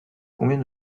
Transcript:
combien